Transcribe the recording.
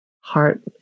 heart